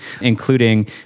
including